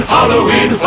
Halloween